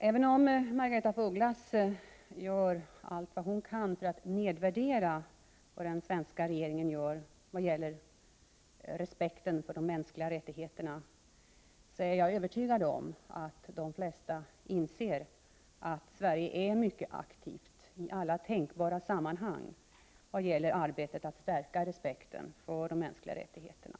Även om Margaretha af Ugglas gör allt vad hon kan för att nedvärdera vad den svenska regeringen gör vad gäller respekten för de mänskliga rättigheterna, är jag övertygad om att de flesta inser att Sverige är mycket aktivt i alla tänkbara sammanhang i arbetet att stärka respekten för de mänskliga rättigheterna.